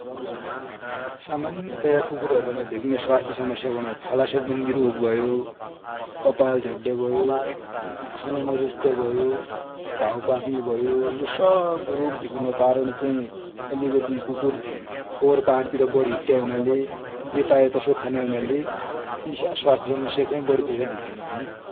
सामन्यतया कुकुर हरु माइ धेकिने स्वाथ्य समस्या भण्या छाला सम्भन्धि रोग भयो, कपाल झड्या भयो, खाना नरुच्या, घाउ पाक्ने भयो, यो सब रोग धेकिनुको कारण चाइ अलिकति कुकुर फोरफार तिर बडि हिट्या हुनाले, जे पायो तेइ खाने हुनाले इसा समस्या चाइ बडी धेकिनानु ।